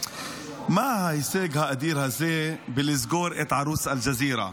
מה ההישג האדיר הזה בלסגור את ערוץ אל-ג'זירה?